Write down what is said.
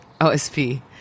OSP